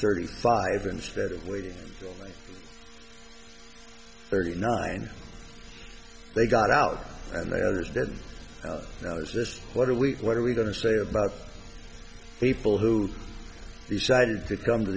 thirty five instead of waiting thirty nine they got out and there's now there's just what a week what are we going to say about people who decided to come to